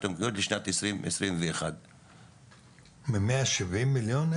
המקומיות לשנת 2021. ממאה שבעים מיליון?